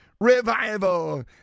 revival